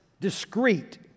discreet